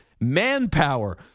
manpower